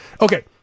Okay